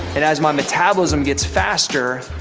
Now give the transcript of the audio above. and as my metabolism gets faster,